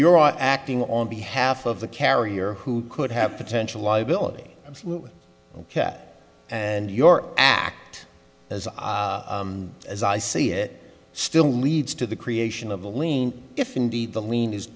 you're acting on behalf of the carrier who could have potential liability absolutely ok and your act as as i see it still leads to the creation of the lien if indeed the lien is